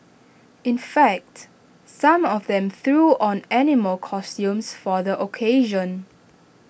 in fact some of them threw on animal costumes for the occasion